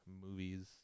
movies